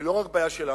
זה לא רק בעיה שלנו,